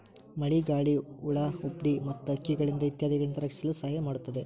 ಮಳಿಗಾಳಿ, ಹುಳಾಹುಪ್ಡಿ ಮತ್ತ ಹಕ್ಕಿಗಳಿಂದ ಇತ್ಯಾದಿಗಳಿಂದ ರಕ್ಷಿಸಲು ಸಹಾಯ ಮಾಡುತ್ತದೆ